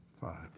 five